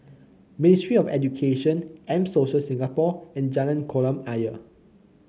Ministry of Education M Social Singapore and Jalan Kolam Ayer